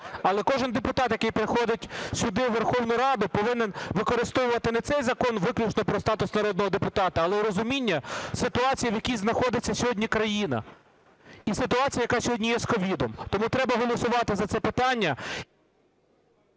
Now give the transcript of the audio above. Але кожен депутат, який приходить сюди у Верховну Раду, повинен використовувати не цей Закон виключно "Про статус народного депутата", але й розуміння ситуації, в якій знаходиться сьогодні країна, і ситуації, яка сьогодні є з COVID. Тому треба голосувати за це питання…